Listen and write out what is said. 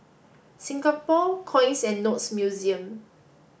Singapore Coins and Notes Museum